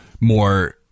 more